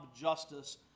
justice